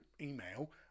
email